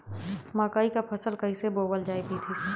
मकई क फसल कईसे बोवल जाई विधि से?